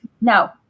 Now